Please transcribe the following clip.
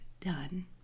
done